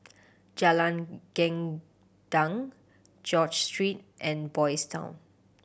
Jalan Gendang George Street and Boys' Town